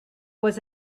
was